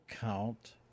count